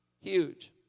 Huge